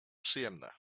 przyjemne